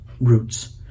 roots